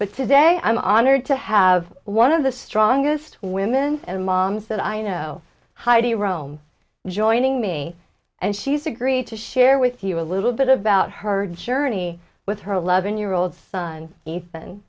but today i'm honored to have one of the strongest women's and moms that i know heidi rome joining me and she's agreed to share with you a little bit about her journey with her eleven year old son e